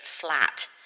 flat